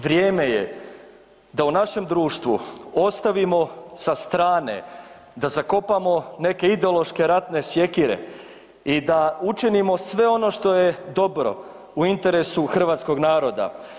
Vrijeme je da u našem društvu ostavimo sa strane, da zakopamo neke ideološke ratne sjekire i da učinimo sve ono što je dobro, u interesu hrvatskog naroda.